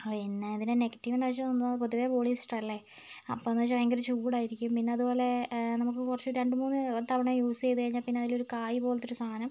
പിന്നെ അതിന് നെഗറ്റീവ് എന്ന് വെച്ചാൽ ഒന്ന് പൊതുവെ പോളിസ്റ്റർ അല്ലേ അപ്പോൾ എന്ന് വെച്ചാൽ ഭയങ്കര ചൂടായിരിക്കും പിന്നെ അതുപോലെ നമുക്ക് കുറച്ച് രണ്ടു മൂന്ന് തവണ യൂസ് ചെയ്തുകഴിഞ്ഞാൽ പിന്നെ അതിലൊരു കായ് പോലത്തെ ഒരു സാധനം